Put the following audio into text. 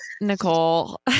Nicole